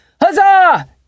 Huzzah